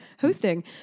hosting